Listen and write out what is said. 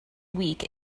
week